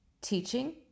Teaching